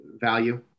value